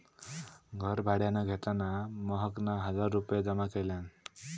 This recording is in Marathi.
घर भाड्यान घेताना महकना हजार रुपये जमा केल्यान